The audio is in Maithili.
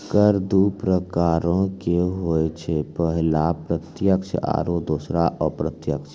कर दु प्रकारो के होय छै, पहिला प्रत्यक्ष आरु दोसरो अप्रत्यक्ष